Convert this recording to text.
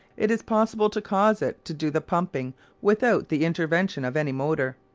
it is possible to cause it to do the pumping without the intervention of any motor.